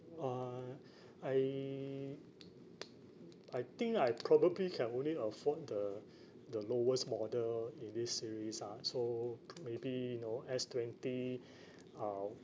uh I I think I probably can only afford the the lowest model in this series ah so maybe you know S twenty uh